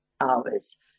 hours